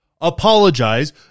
Apologize